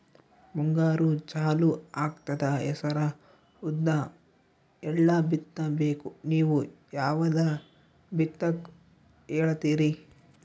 ಮುಂಗಾರು ಚಾಲು ಆಗ್ತದ ಹೆಸರ, ಉದ್ದ, ಎಳ್ಳ ಬಿತ್ತ ಬೇಕು ನೀವು ಯಾವದ ಬಿತ್ತಕ್ ಹೇಳತ್ತೀರಿ?